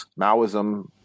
maoism